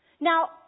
Now